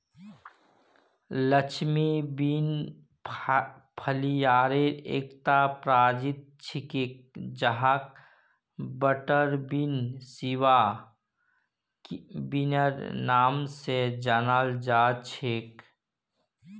Lima bean फलियार एकता प्रजाति छिके जहाक बटरबीन, सिवा बिनेर नाम स जानाल जा छेक